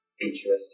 interesting